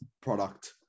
Product